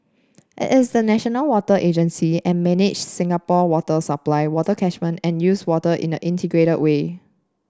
it is the national water agency and manages Singapore water supply water catchment and use water in an integrated way